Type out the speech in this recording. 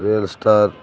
real star